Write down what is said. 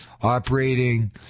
operating